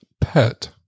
pet